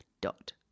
dot